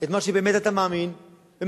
את מה שבאמת אתה מאמין בו,